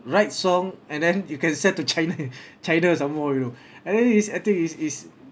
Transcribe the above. write song and then you can sell to china china some more you know and then is I think is is